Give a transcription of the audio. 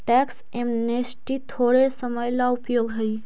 tax amnesty थोड़े समय ला उपयोगी हई